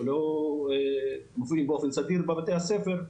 שלא נמצאים באופן סדיר בבתי הספר,